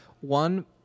one